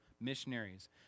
missionaries